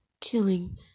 killing